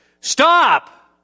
stop